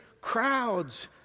Crowds